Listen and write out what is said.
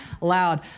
loud